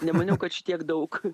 nemaniau kad šitiek daug